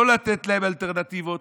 לא לתת להם אלטרנטיבות,